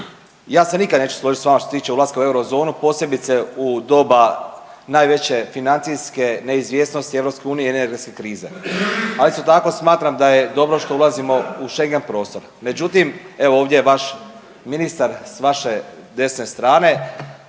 Ja se nikada neću složiti s vama što se tiče ulaska u euro zonu, posebice u doba najveće financijske neizvjesnosti Europske unije i energetske krize. Ali isto tako smatram da je dobro što ulazimo u schengen prostor. Međutim, evo ovdje je vaš ministar s vaše desne strane